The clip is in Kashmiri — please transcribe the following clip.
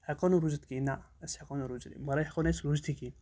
ہٮ۪کو نہٕ روٗزِتھ کِہیٖنۍ نَہ أسۍ ہٮ۪کو نہٕ روٗزِتھ اَمہِ وَرٲے ہٮ۪کو نہٕ أسۍ روٗزتھی